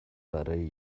برای